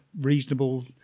reasonable